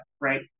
right